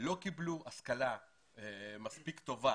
לא קיבלו השכלה מספיק מתאימה